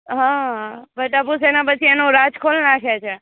હં પણ ટપુસેના પછી એનો રાઝ ખોલી નાખે છે